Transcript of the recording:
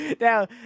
Now